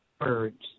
birds